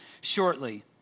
shortly